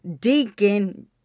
Deacon